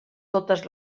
totes